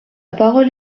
parole